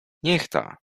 niechta